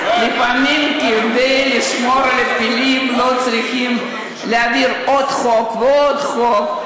לפעמים כדי לשמור על הפילים לא צריכים להעביר עוד חוק ועוד חוק.